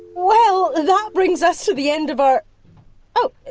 well, that brings us to the end of our oop,